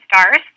Stars